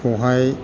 बेवहाय